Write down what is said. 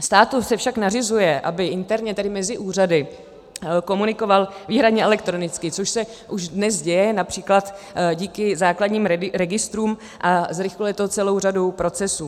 Státu se však nařizuje, aby interně, tedy mezi úřady, komunikoval výhradně elektronicky, což se už dnes děje např. díky základním registrům a zrychluje to celou řadu procesů.